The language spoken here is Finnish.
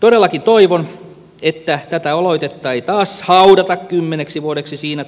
todellakin toivon että tätä aloitetta ei taas haudata kymmeneksi vuodeksi siinä